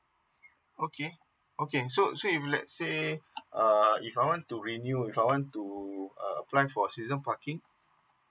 okay okay so so if let's say uh if I want to renew with her on to uh apply for season parking